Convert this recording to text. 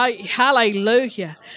hallelujah